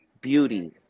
beauty